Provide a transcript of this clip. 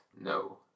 No